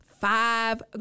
five